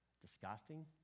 disgusting